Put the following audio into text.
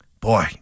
Boy